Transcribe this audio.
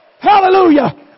Hallelujah